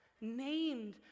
named